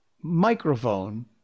microphone